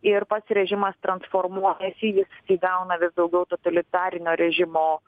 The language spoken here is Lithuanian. ir pats režimas transformuojasi jis įgauna vis daugiau totalitarinio rėžimo